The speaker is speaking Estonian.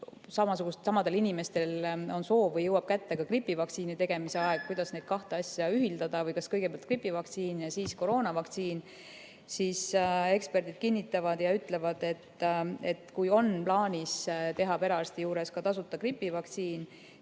et kui samadel inimestel on soov või jõuab kätte ka gripivaktsiini tegemise aeg, kuidas neid kahte asja ühildada: kas kõigepealt gripivaktsiin ja siis koroonavaktsiin. Eksperdid kinnitavad ja ütlevad, et kui on plaanis teha perearsti juures tasuta gripivaktsiini